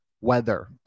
weather